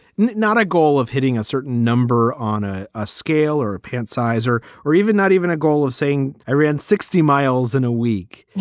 not a goal of hitting a certain number on a a scale or a pant size or or even not even a goal of saying i ran sixty miles in a week.